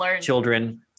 children